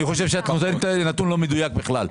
חושב שאת נותנת נתון לא מדויק בכלל.